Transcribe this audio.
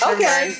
Okay